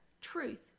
truth